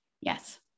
Yes